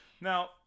Now